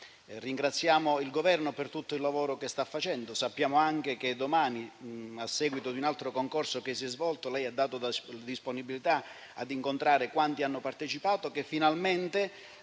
Ringraziamo il Governo per tutto il lavoro che sta facendo. Sappiamo anche che domani, a seguito di un altro concorso che si è svolto, lei ha dato la disponibilità a incontrare quanti vi hanno partecipato, i quali finalmente,